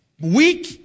weak